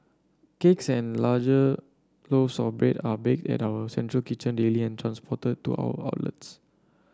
cakes and larger loaves of bread are baked at our central kitchen daily and transported to our outlets